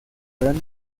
gran